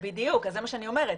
בדיוק, זה מה שאני אומרת.